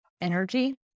energy